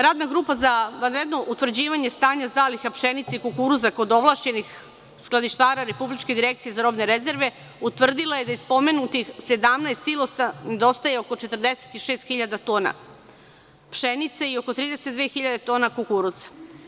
Radna grupa za vanredno utvrđivanje stanja zaliha pšenice i kukuruza kod ovlašćenih skladištara Republičke direkcije za robne rezerve utvrdila je kod spomenutih 17 silosa nedostaje oko 46.000 tona pšenice i oko 32.000 tona kukuruza.